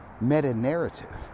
meta-narrative